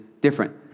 different